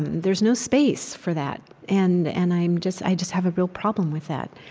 there's no space for that. and and i just i just have a real problem with that.